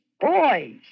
boys